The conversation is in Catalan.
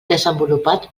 desenvolupat